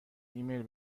ایمیل